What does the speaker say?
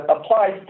applies